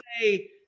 say